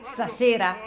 Stasera